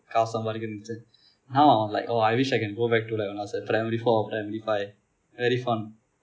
காசு சம்பாரிக்கனும்னு நினைத்தேன்:kaasu sambarikanum endru ninaithen now I'm like oh I wish I can go back to like when I was at primary four or primary five very fun